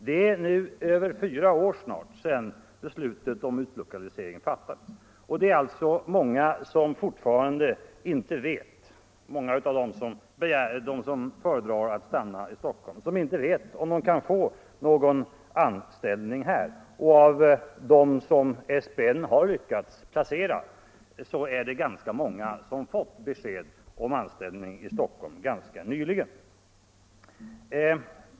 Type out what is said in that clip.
Det är nu över fyra år sedan beslutet om utlokalisering fattades, och det är alltså många av dem som vill stanna i Stockholm som fortfarande inte vet om de kan få någon anställning här. Och av dem som SPN har lyckats placera är det åtskilliga som har fått besked om annan anställning i Stockholm ganska nyligen.